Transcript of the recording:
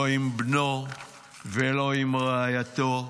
לא עם בנו ולא עם רעייתו.